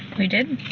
we did.